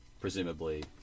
Presumably